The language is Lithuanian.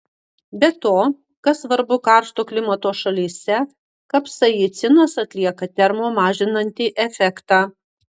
be to kas svarbu karšto klimato šalyse kapsaicinas atlieka termo mažinantį efektą